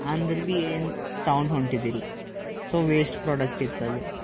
ಅಂದರೆ ಭೀ ಏನು ಸೌಂಡ್ ಹೊಂಟಿದಿಲ್ಲ ಸೊ ವೇಸ್ಟ್ ಪ್ರಾಡಕ್ಟ್ ಇತ್ತು ಅದು